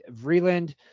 Vreeland